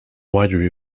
widely